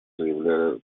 заявляли